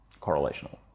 correlational